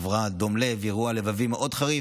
היא עברה דום לב, אירוע לבבי מאוד חריף,